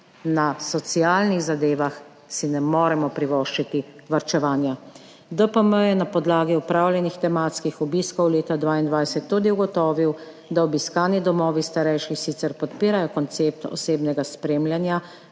na socialnih zadevah si ne moremo privoščiti varčevanja. DPM je na podlagi opravljenih tematskih obiskov leta 2022 tudi ugotovil, da obiskani domovi starejših sicer podpirajo koncept osebnega spremljanja,